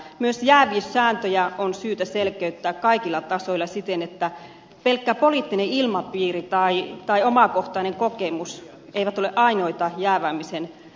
myös jääviyssääntöjä on syytä selkeyttää kaikilla tasoilla siten että pelkkä poliittinen ilmapiiri tai omakohtainen kokemus eivät ole ainoita jääväämisen perusteita